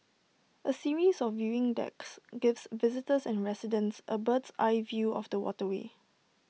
A series of viewing decks gives visitors and residents A bird's eye view of the waterway